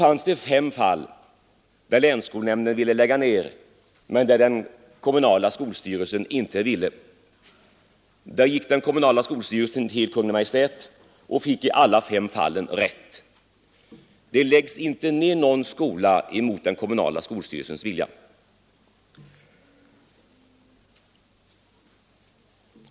I fem fall ville länsskolnämnden lägga ned skolor men de kommunala skolstyrelserna motsatte sig det och anförde besvär hos Kungl. Maj:t. I alla de fem fallen fick de kommunala skolstyrelserna rätt. Det läggs inte ned någon skola mot den lokala skolstyrelsens vilja.